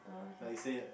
like say like